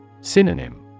Synonym